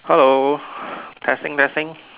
hello testing testing